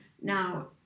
now